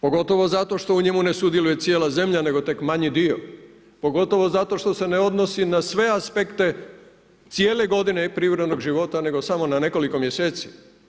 Pogotovo zato što u njemu ne sudjeluje cijela zemlja nego tek manji dio, pogotovo zato što se ne odnosi na sve aspekte cijele godine privrednog života nego samo na nekoliko mjeseci.